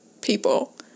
people